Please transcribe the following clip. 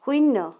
শূণ্য